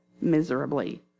miserably